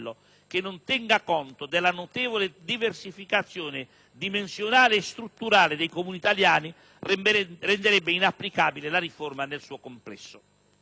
che non tenga conto della notevole diversificazione dimensionale e strutturale dei Comuni italiani renderebbe inapplicabile la riforma nel suo complesso.